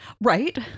Right